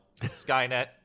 Skynet